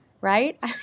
right